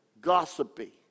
gossipy